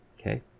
Okay